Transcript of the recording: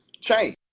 change